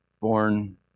born